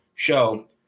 show